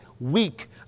weak